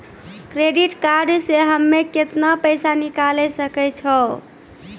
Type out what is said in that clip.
Credit card से हम्मे केतना पैसा निकाले सकै छौ?